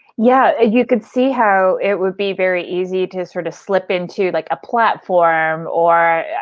yeah you can see how it would be very easy to sort of slip in to like a platform or yeah